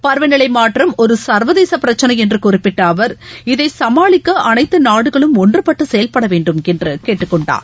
பருவநிலைமாற்றம் ஒரு சர்வதேசபிரச்ளைஎன்றுகுறிப்பிட்டஅவர் இதைசமாளிக்கஅனைத்தநாடுகளும் ஒன்றுபட்டுசெயல்படவேண்டும் என்றகேட்டுக்கொண்டார்